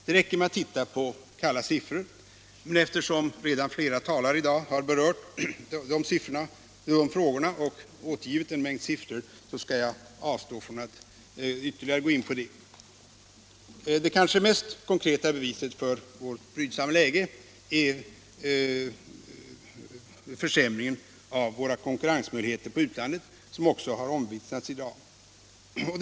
Det räcker med att titta på kalla siffror, och eftersom flera talare i dag redan har berört dessa frågor och återgett en mängd siffror skall jag avstå från att ytterligare gå in på detta. Det kanske mest konkreta beviset på vårt brydsamma läge är försämringen av våra konkurrensmöjligheter när det gäller utlandet, vilket också omvittnats här i dag.